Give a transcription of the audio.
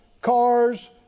cars